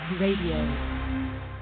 radio